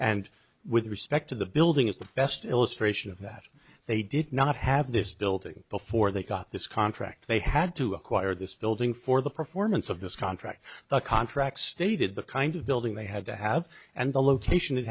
and with respect to the building it's the best illustration of that they did not have this building before they got this contract they had to acquire this building for the performance of this contract the contract stated the kind of building they had to have and the location it ha